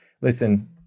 listen